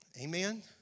Amen